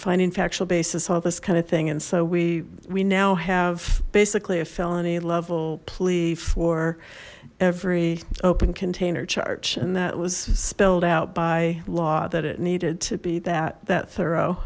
finding factual basis all this kind of thing and so we we now have basically a felony level plea for every open container charge and that was spilled out by law that it needed to be that that thorough